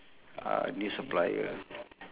uh new supplier